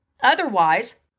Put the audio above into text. Otherwise